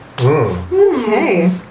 Okay